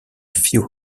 few